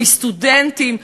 מסטודנטים,